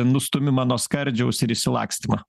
nustūmimą nuo skardžiaus ir išsilakstymą